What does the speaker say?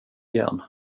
igen